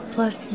Plus